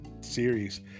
series